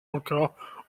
encore